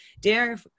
dear